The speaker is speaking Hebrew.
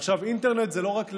עכשיו, אינטרנט זה לא רק ללמוד,